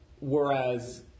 whereas